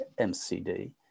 MCD